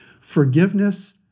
forgiveness